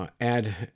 Add